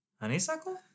honeysuckle